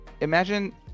Imagine